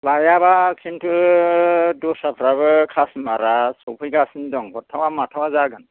लायाब्ला खिन्थु दस्राफ्राबो कास्ट'मारा सौफैगासिनो दं हरथावा माथावा जागोन